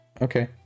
okay